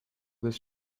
this